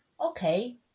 okay